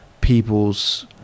people's